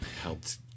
helped